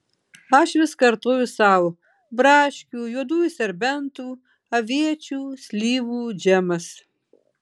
aš vis kartoju sau braškių juodųjų serbentų aviečių slyvų džemas